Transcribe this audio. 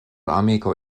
amiko